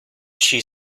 she